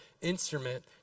instrument